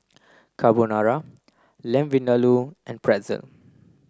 Carbonara Lamb Vindaloo and Pretzel